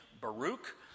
Baruch